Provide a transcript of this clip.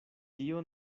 tio